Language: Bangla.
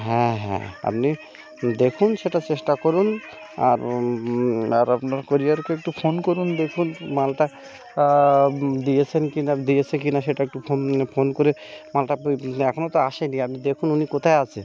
হ্যাঁ হ্যাঁ আপনি দেখুন সেটা চেষ্টা করুন আর আর অন্য কুরিয়ারে কিন্তু ফোন করুন দেখুন মালটা দিয়েছেন কি না দিয়েছে কি না সেটা একটু ফোন ফোন করে মালটা এখনো তো আসে নি আপনি দেখুন উনি কোথায় আছে